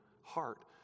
heart